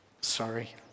sorry